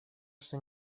что